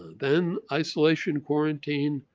then isolation quarantine.